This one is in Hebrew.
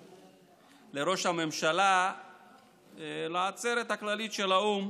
קאבלה, חברת הכנסת מיכל וונש,